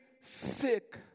sick